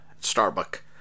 Starbuck